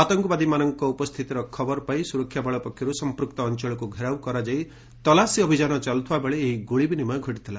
ଆତଙ୍କବାଦୀମାନଙ୍କ ଉପସ୍ଥିତିର ଖବର ପାଇ ସୁରକ୍ଷାବଳ ପକ୍ଷରୁ ସଂପୃକ୍ତ ଅଞ୍ଚଳକୁ ଘେରାଉ କରାଯାଇ ତଲାସି ଅଭିଯାନ ଚାଲୁଥିବା ବେଳେ ଏହି ଗୁଳି ବିନିମୟ ଘଟିଥିଲା